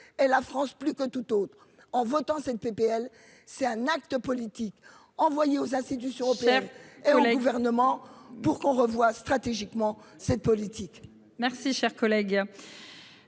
et la France plus que tout autre en votant cette PPL, c'est un acte politique envoyé aux institutions. Et gouvernement pour qu'on revoie stratégiquement cette politique.